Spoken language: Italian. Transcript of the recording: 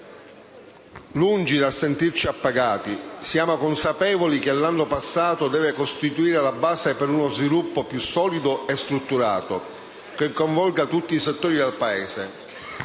Lungi dal sentirci appagati, siamo consapevoli del fatto che l'anno passato deve costituire la base per uno sviluppo più solido e strutturato che coinvolga tutti i settori del Paese.